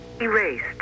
Erased